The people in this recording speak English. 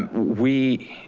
we,